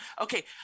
Okay